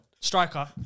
striker